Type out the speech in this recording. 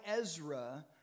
Ezra